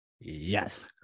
Yes